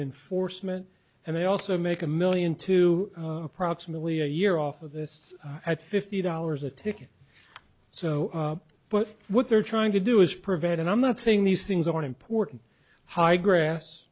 in foresman and they also make a million to approximately a year off of this at fifty dollars a ticket so but what they're trying to do is prevent and i'm not saying these things are important high grass